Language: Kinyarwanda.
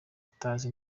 utazi